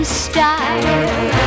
style